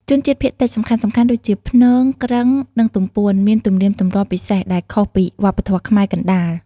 ជនជាតិភាគតិចសំខាន់ៗដូចជា ព្នង គ្រឹង និងទំពួន មាន ទំនៀមទម្លាប់ ពិសេសដែលខុសពីវប្បធម៌ខ្មែរកណ្តាល។